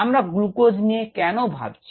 আমরা গ্লুকোজ নিয়ে কেন ভাবছি